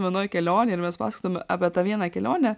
vienoj kelionėj ir mes pasakojam apie tą vieną kelionę